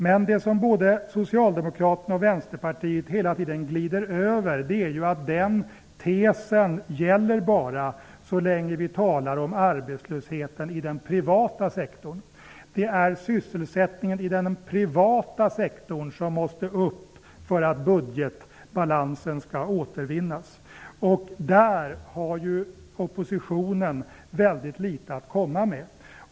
Men det som både Socialdemokraterna och Vänsterpartiet hela tiden glider över är att den tesen bara gäller så länge vi talar om arbetslösheten i den privata sektorn. Det är sysselsättningen i den privata sektorn som måste öka för att budgetbalansen skall återvinnas. Där har oppositionen väldigt litet att komma med.